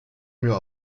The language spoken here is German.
mir